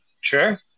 Sure